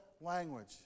language